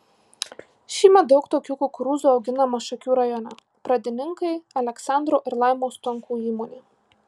šįmet daug tokių kukurūzų auginama šakių rajone pradininkai aleksandro ir laimos stonkų įmonė